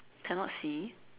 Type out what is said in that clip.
cannot see